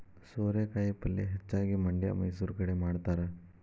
ಸೋರೆಕಾಯಿ ಪಲ್ಯೆ ಹೆಚ್ಚಾಗಿ ಮಂಡ್ಯಾ ಮೈಸೂರು ಕಡೆ ಮಾಡತಾರ